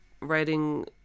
writing